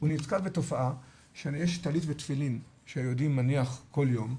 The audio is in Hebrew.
הוא נתקל בתופעה שיש טלית ותפילין שהיהודי מניח כל יום,